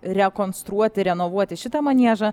rekonstruoti renovuoti šitą maniežą